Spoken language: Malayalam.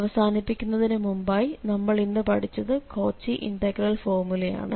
അവസാനിപ്പിക്കുന്നതിന് മുമ്പായി നമ്മൾ ഇന്ന് പഠിച്ചത് കോച്ചി ഇന്റഗ്രൽ ഫോർമുലയാണ്